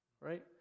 Right